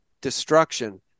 destruction